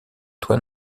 toit